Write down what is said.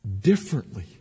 differently